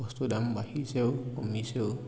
বস্তুৰ দাম বাঢ়িছেও কমিছেও